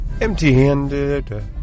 empty-handed